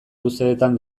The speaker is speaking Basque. luzeetan